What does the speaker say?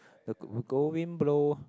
the go wind blow